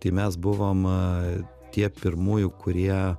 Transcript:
tai mes buvom tie pirmųjų kurie